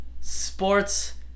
sports